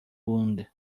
wound